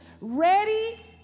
ready